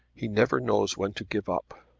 he never knows when to give up.